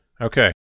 Okay